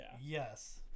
Yes